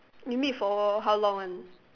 you meet for how long one